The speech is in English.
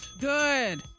good